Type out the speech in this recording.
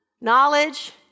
Knowledge